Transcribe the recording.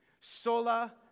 Sola